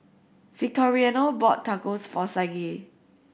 Victoriano bought Tacos for Saige